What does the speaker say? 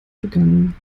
begangen